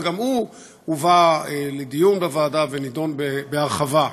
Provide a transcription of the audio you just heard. וגם הוא הובא לדיון בוועדה ונדון בהרחבה.